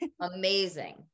Amazing